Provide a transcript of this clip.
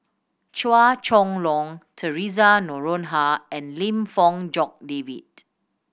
Chua Chong Long Theresa Noronha and Lim Fong Jock David